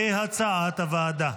כהצעת הוועדה.